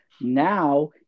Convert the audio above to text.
now